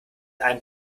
einem